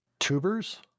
tubers